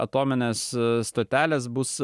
atominės stotelės bus